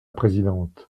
présidente